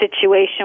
situation